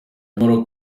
nyamara